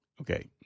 Okay